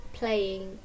playing